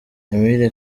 emile